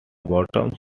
bottoms